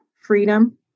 freedom